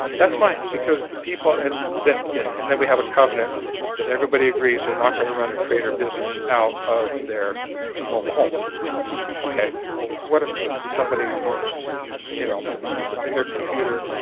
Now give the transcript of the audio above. that's fine because the people and that yes, and then we have a covenant that everybody agrees they're not going to run a trade or business out of their mobile home okay. well what if somebody is you know in their computer?